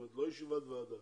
לא ישיבת ועדה.